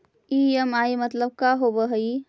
EMI मतलब का होब हइ?